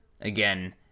Again